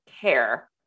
care